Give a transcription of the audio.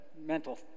mental